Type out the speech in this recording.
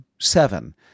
seven